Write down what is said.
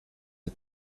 del